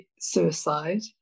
suicide